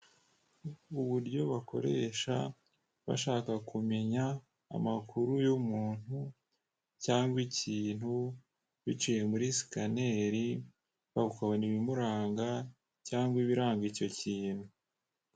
Uburyo bakoresha bashaka kumenya amakuru y'umuntu cyangwa ikintu biciye muri sikaneri, bakabona ibimuranga cyangwa ibiranga icyo kintu.